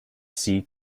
sea